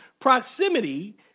proximity